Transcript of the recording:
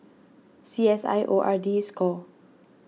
C S I O R D Score